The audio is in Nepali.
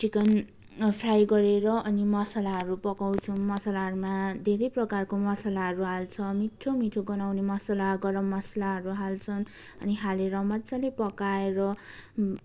चिकन फ्राई गरेर अनि मसालाहरू पकाउँछौँ मसलाहरूमा धेरै प्रकारको मसलाहरू हाल्छौँ मिठो मिठो गन्हाउने मसला गरम मसलाहरू हाल्छौँ अनि हालेर मजाले पकाएर